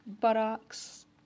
buttocks